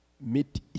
meet